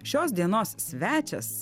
šios dienos svečias